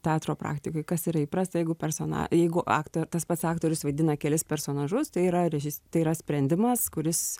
teatro praktikoj kas yra įprasta jeigu persona jeigu aktor tas pats aktorius vaidina kelis personažus tai yra režis tai yra sprendimas kuris